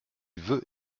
veut